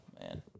man